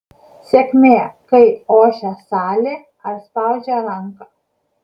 sėkmė kai ošia salė ar spaudžia ranką